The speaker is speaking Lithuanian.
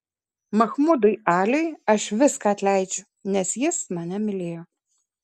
mahmudui aliui aš viską atleidžiu nes jis mane mylėjo